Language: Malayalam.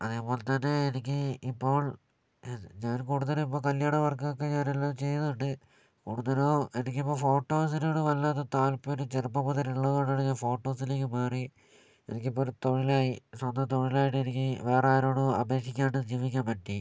അതുപോലെത്തന്നെ എനിക്ക് ഇപ്പോൾ ഞാൻ കൂടുതലും ഇപ്പോൾ കല്യാണവർക്കൊക്കെ ഞാൻ എല്ലാം ചെയ്യുന്നുണ്ട് കൂടുതലും എനിക്കിപ്പോൾ ഫോട്ടോസിനോട് വല്ലാത്ത താല്പര്യം ചെറുപ്പം മുതലുള്ളതുകൊണ്ടാണ് ഞാൻ ഫോട്ടോസിലേക്ക് മാറി എനിക്കിപ്പോൾ ഒരു തൊഴിലായി സ്വന്തം തൊഴിലായിട്ട് എനിക്ക് വേറെ ആരോടും അപേക്ഷിക്കാണ്ട് ജീവിക്കാൻ പറ്റി